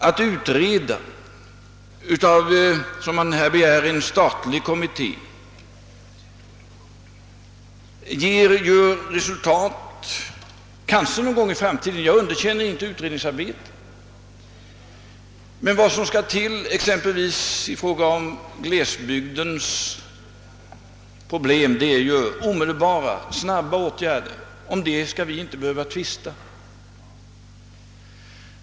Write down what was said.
Att låta en statlig kommitté utreda ger kanhända resultat någon gång i framtiden, Jag underkänner inte utred ningsarbetet, men vad som krävs i fråga om glesbygdens problem är snabba, omedelbara åtgärder. Om det skall vi inte behöva tvista.